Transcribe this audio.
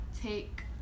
take